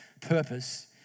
purpose